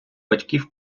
батьків